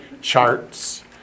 charts